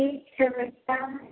ठीक है